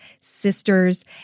sisters